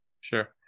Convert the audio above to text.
Sure